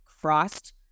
crossed